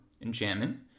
enchantment